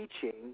teaching